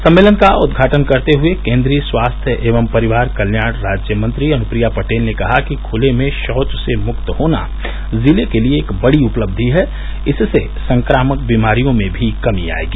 सम्मेलन का उद्घाटन करते हुए केन्द्रीय स्वास्थ्य एवं परिवार कल्याण राज्य मंत्री अनुप्रिया पटेल ने कहा कि खुले में शौच मुक्त होना जिले के लिए एक बड़ी उपलब्धि है इससे संक्रामक बीमारियों में भी कमी आयेगी